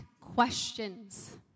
questions